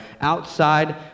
outside